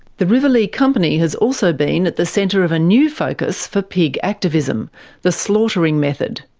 the rivalea company has also been at the centre of a new focus for pig activism the slaughtering method.